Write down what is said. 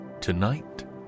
Tonight